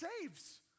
saves